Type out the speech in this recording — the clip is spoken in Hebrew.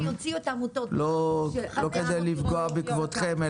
לא כדי לפגוע בכבודכם,